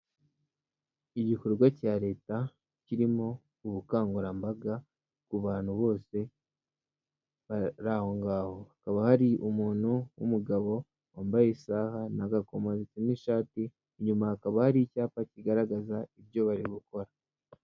Igikorwa cya Leta kirimo ubukangurambaga ku bantu bose bari aho ngaho, hakaba hari umuntu w'umugabo wambaye isaha n'agakomo n'ishati, inyuma hakaba hari icyapa kigaragaza ibyo bari gukora.